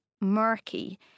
murky